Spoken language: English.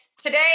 today